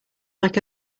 like